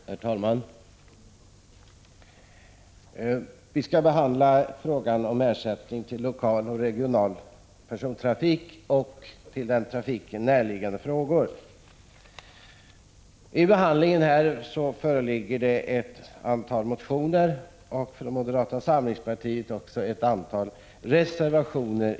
Herr talman! Vi skall nu behandla frågan om ersättning till lokal och regional kollektiv personaltrafik och närliggande frågor. I anledning av detta spörsmål föreligger det ett antal motioner, och från moderata samlingspartiet också ett antal reservationer.